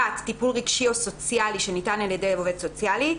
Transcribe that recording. (1)טיפול רגשי או סוציאלי שניתן על ידי עובד סוציאלי,